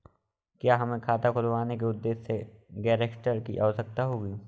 क्या हमें खाता खुलवाने के उद्देश्य से गैरेंटर की आवश्यकता होती है?